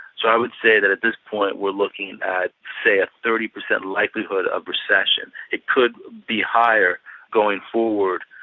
so i would say that at this point we're looking at, say, a thirty per cent likelihood of recession. it could be higher going forward,